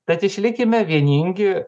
tad išlikime vieningi